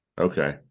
Okay